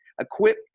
equip